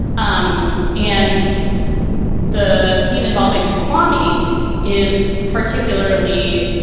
um and the scene involving quami is particularly.